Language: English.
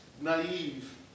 naive